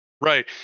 right